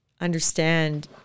understand